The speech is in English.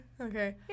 Okay